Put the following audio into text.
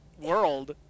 world